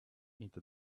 into